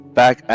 back